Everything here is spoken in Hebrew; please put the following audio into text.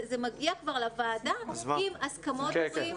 זה מגיע כבר לוועדה עם הסכמות הורים.